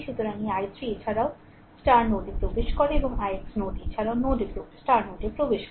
সুতরাং এই i3 এছাড়াও নোড প্রবেশ করে এবং ix নোড এছাড়াও নোড প্রবেশ করে